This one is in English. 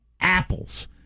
apples